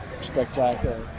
spectacular